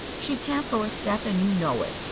she can't go a step, and you know it.